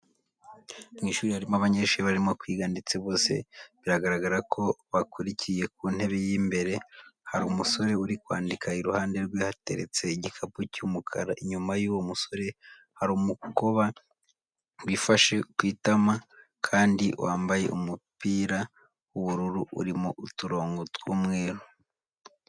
Mu ishuri harimo abanyeshuri barimo kwiga ndetse bose biragaragara ko bakurikiye. Ku ntebe y'imbere hari umusore uri kwandika, iruhande rwe hateretse igikapu cy'umukara, inyuma y'uwo musore hari umukoba wifashe ku itama kandi wambaye umupira w'ubururu urimo uturongo tw'umweru.